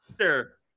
sure